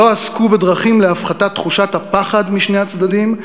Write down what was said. לא עסקו בדרכים להפחתת תחושת הפחד משני הצדדים,